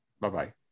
Bye-bye